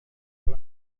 hari